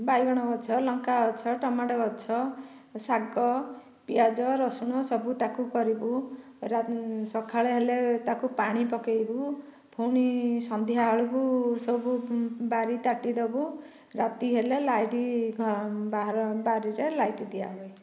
ବାଇଗଣ ଗଛ ଲଙ୍କା ଗଛ ଟମାଟୋ ଗଛ ଶାଗ ପିଆଜ ରସୁଣ ସବୁ ତାକୁ କରିବୁ ର ସକାଳ ହେଲେ ତାକୁ ପାଣି ପକାଇବୁ ପୁଣି ସନ୍ଧ୍ୟା ବେଳକୁ ସବୁ ବାରି ତାଟି ଦେବୁ ରାତି ହେଲେ ଲାଇଟ୍ ଘର ବାହାର ବାରିରେ ଲାଇଟ୍ ଦିଆହୁଏ